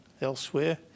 elsewhere